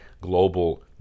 global